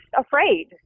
afraid